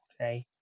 Okay